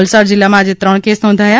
વલસાડમાં જિલ્લામાં આજે ત્રણ કેસ નોંધાયા